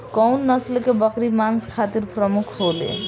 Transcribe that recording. कउन नस्ल के बकरी मांस खातिर प्रमुख होले?